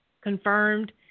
confirmed